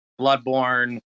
bloodborne